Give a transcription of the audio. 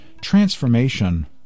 transformation